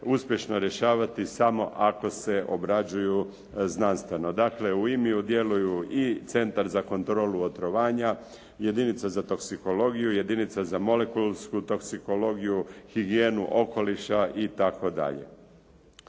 uspješno rješavati samo ako se obrađuju znanstveno. Dakle u IMIU djeluju i centar za kontrolu otrovanja, jedinica za toksikologiju, jedinica za molekulsku toksikologiju, higijenu, okoliša itd.